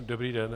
Dobrý den.